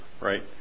right